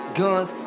guns